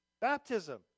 baptism